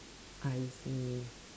I see